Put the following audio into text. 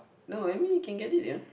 no I mean you can get it ya